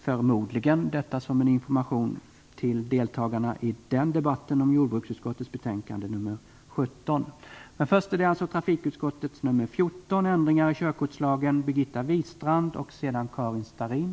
Detta säger jag som en information till deltagarna i debatten om jordbruksutskottets betänkande Jou17.